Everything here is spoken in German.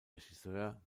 regisseur